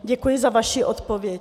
Děkuji za vaši odpověď.